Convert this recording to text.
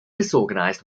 disorganized